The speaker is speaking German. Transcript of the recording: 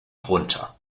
runter